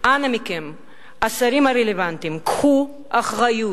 אנא מכם, השרים הרלוונטיים, קחו אחריות.